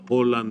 הולנד,